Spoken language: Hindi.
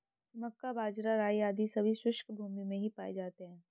मक्का, बाजरा, राई आदि सभी शुष्क भूमी में ही पाए जाते हैं